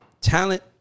talent